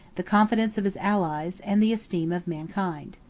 the confidence of his allies, and the esteem of mankind.